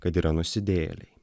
kad yra nusidėjėliai